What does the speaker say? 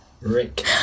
Rick